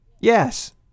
Yes